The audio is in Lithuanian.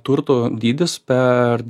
turtų dydis per